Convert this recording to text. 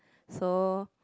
so